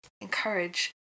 encourage